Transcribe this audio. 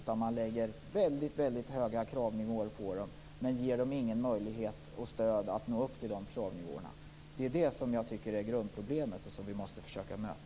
Man ställer väldigt höga krav på dem, men ger dem ingen möjlighet och inget stöd att nå upp till dessa kravnivåer. Jag tycker att det är detta som är grundproblemet, och det måste vi försöka möta.